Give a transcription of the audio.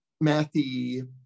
Matthew